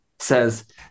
Says